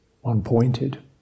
one-pointed